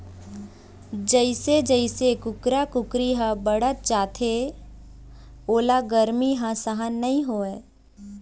जइसे जइसे कुकरा कुकरी ह बाढ़त जाथे ओला गरमी ह सहन नइ होवय